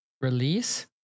release